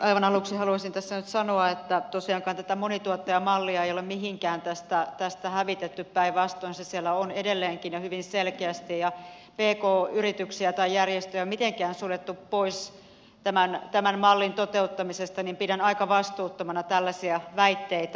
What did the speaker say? aivan aluksi haluaisin tässä nyt sanoa että tosiaankaan tätä monituottajamallia ei ole mihinkään tästä hävitetty päinvastoin se siellä on edelleenkin ja hyvin selkeästi ja pk yrityksiä tai järjestöjä ei ole mitenkään suljettu pois tämän mallin toteuttamisesta joten pidän aika vastuuttomina tällaisia väitteitä